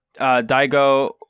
Daigo